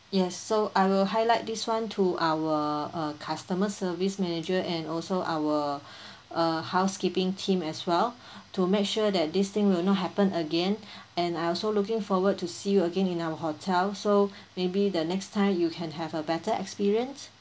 yes so I will highlight this [one] to our uh customer service manager and also our uh housekeeping team as well to make sure that this thing will not happen again and I also looking forward to see you again in our hotel so maybe the next time you can have a better experience